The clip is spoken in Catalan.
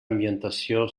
ambientació